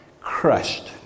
crushed